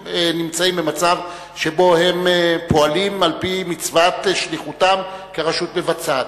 והם נמצאים במצב שבו הם פועלים על-פי מצוות שליחותם כרשות מבצעת.